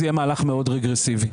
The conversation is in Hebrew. יהיה מהלך מאוד רגרסיבי.